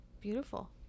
Beautiful